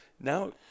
Now